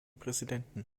präsidenten